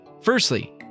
Firstly